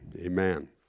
Amen